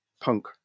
punk